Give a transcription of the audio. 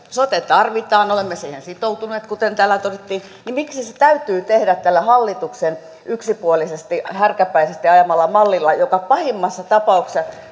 sote tarvitaan olemme siihen sitoutuneet kuten täällä todettiin miksi se täytyy tehdä tällä hallituksen yksipuolisesti härkäpäisesti ajamalla mallilla joka pahimmassa tapauksessa